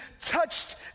touched